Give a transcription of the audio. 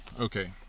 Okay